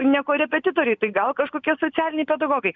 ne korepetitoriai tai gal kažkokie socialiniai pedagogai